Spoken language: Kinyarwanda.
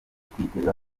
kwiteza